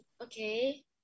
Okay